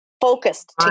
focused